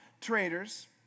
traders